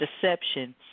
deception